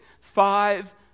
Five